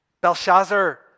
Belshazzar